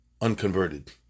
unconverted